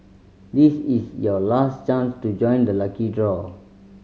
this is your last chance to join the lucky draw